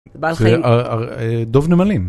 בעל חיים. דב נמלים.